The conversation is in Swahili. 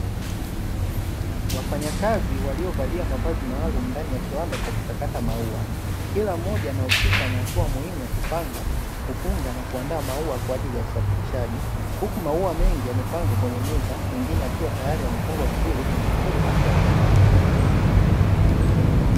Wafanyakazi waliovalia mavazi maalumu ndani ya kiwanda cha kuchakata maua, kila mmoja anahusika na hatua muhimu ya kupanga, kufunga na kuandaa maua, kwa ajili ya usafirishaji; huku maua mengi yamepangwa kwenye meza, mengine yakiwa tayari yamefungwa vizuri kwenye mifuko ya plastiki.